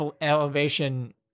elevation